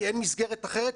כי אין מסגרת אחרת?